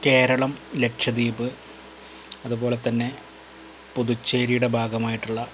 കേരളം ലക്ഷദ്വീപ് അതുപോലെതന്നെ പുതുച്ചേരിയുടെ ഭാഗമായിട്ടുളള